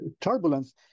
turbulence